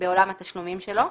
בעולם התשלומים שלו,